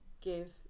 give